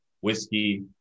whiskey